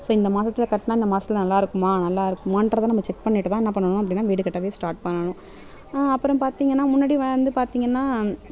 சரி இந்த மாதத்தில் கட்டினா இந்த மாதத்துல நல்லா இருக்குமா நல்லா இருக்குமாகிறத நம்ம செக் பண்ணிவிட்டுதான் என்ன பண்ணணும் அப்படின்னா வீடு கட்டவே ஸ்டார்ட் பண்ணணும் அப்புறம் பார்த்திங்கனா முன்னாடி வந்து பார்த்திங்கனா